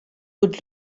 would